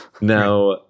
Now